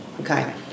Okay